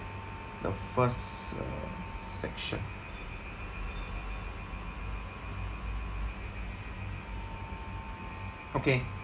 the first uh section okay